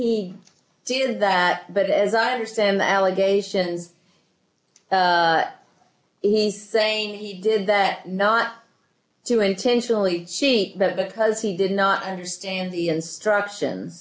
he did that but as i understand the allegations he's saying he did that not to intentionally see that because he did not understand the instructions